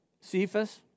Cephas